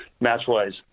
match-wise